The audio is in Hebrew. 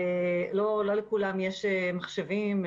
לא לכולם יש מחשבים,